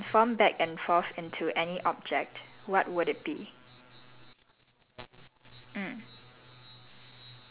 okay ya mine is silly question too if you could transform back and forth into any object what would it be